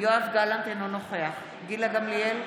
אינו נוכח גילה גמליאל,